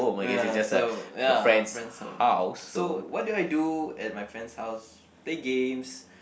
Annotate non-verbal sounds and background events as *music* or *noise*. ya so ya my friend's home *noise* so what do I do at my friend's house play games